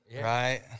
Right